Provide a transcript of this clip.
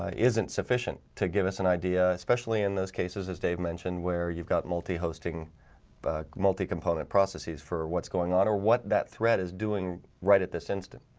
ah isn't sufficient to give us an idea especially in those cases as dave mentioned where you've got multi hosting but multi component processes for what's going on or what that thread is doing right at this instant